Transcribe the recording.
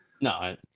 No